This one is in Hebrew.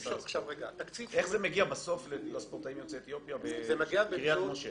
איך זה מגיע בסוף לספורטאים יוצאי אתיופיה בקריית משה?